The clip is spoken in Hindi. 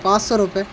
पांच सौ रुपये